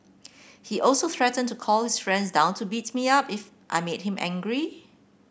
he also threatened to call his friends down to beat me up if I made him angry